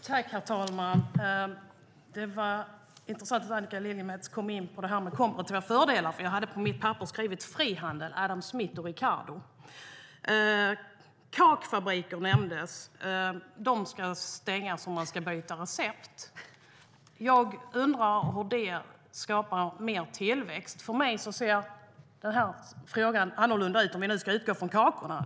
Herr talman! Det var intressant att Annika Lillemets kom in på det här med komparativa fördelar, för jag hade på mitt papper skrivit frihandel, Adam Smith och Ricardo.Kakfabriker nämndes. De ska stängas, och man ska byta recept. Jag undrar hur det skapar mer tillväxt. För mig ser frågan annorlunda ut, om vi nu ska utgå från kakorna.